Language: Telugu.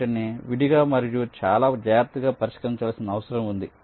వాటిని విడిగా మరియు చాలా జాగ్రత్తగా పరిష్కరించాల్సిన అవసరం ఉంది